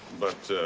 but, ah.